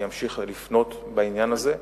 אני אמשיך לפנות בעניין הזה,